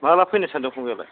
माला फैनो सानदों फंबायालाय